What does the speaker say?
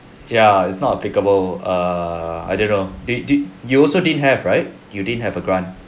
ya it's not applicable err I didn't know they did you also didn't have right you didn't have a grant